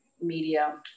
media